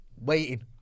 waiting